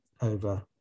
over